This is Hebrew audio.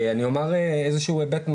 אני אדבר על איזשהו היבט נוסף,